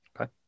Okay